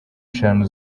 eshanu